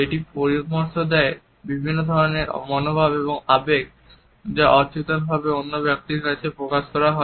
এটি পরামর্শ দেয় বিভিন্ন ধরণের মনোভাব এবং আবেগ যা অচেতনভাবে অন্য ব্যক্তির কাছে প্রকাশ করা হয়